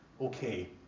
okay